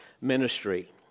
ministry